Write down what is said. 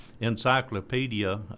Encyclopedia